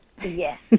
Yes